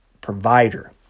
provider